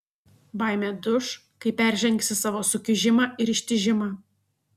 baimė duš kai peržengsi savo sukiužimą ir ištižimą